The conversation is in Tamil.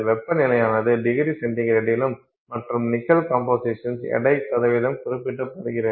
வெப்பநிலையானது டிகிரி சென்டிகிரேட்டிலும் மற்றும் நிக்கல் கம்போசிஷன் எடை குறிப்பிடப்படுகிறது